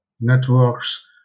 networks